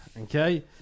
Okay